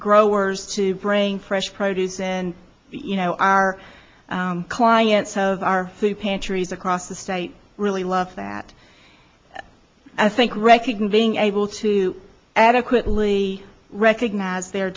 growers to bring fresh produce and you know our clients of our food pantries across the state really love that i think recognizing able to adequately recognize their